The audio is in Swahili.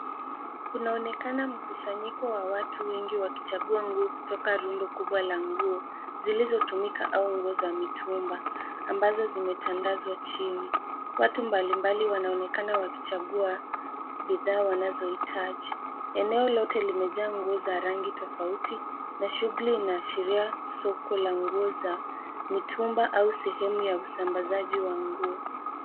Kunaonekana mkusanyiko wa watu wengi wakichagua nguo kutoka rundo kubwa la nguo zilizotumika au nguo za mitumba ambazo zimetandazwa chini. Watu mbalimbali wanaonekana wakichagua bidhaa wanazohitaji. Eneo lote limejaa nguo za rangi tofauti na shughuli ina ashiria soko la nguo za mitumba au sehemu ya usambazaji wa nguo.